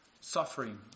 suffering